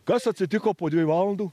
kas atsitiko po dviejų valandų